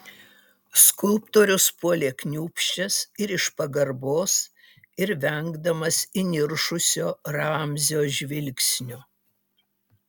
skulptorius puolė kniūbsčias ir iš pagarbos ir vengdamas įniršusio ramzio žvilgsnio